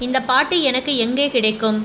இந்தப் பாட்டு எனக்கு எங்கே கிடைக்கும்